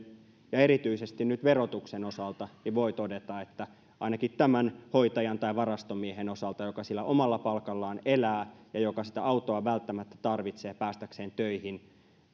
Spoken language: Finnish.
ja erityisesti nyt verotuksen osalta voi todeta että ainakin tämän hoitajan tai varastomiehen osalta joka sillä omalla palkallaan elää ja joka sitä autoa välttämättä tarvitsee päästäkseen töihin ja